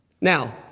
Now